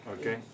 Okay